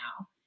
now